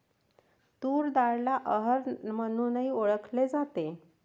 तूर डाळला अरहर म्हणूनही ओळखल जाते